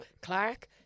Clark